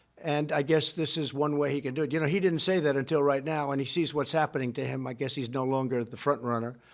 and i guess this is one way he can do it. you know, he didn't say that until right now. and he sees what's happening to him. i guess he's no longer the frontrunner.